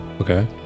okay